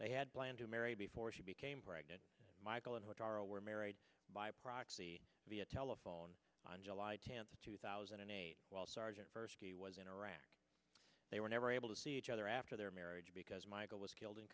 they had planned to marry before she became pregnant michael and which are aware married by proxy via telephone on july tenth two thousand and eight while sergeant first he was in iraq they were never able to see each other after their marriage because michael was killed in